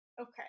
Okay